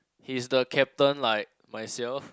he's the captain like myself